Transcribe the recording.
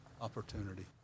opportunity